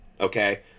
okay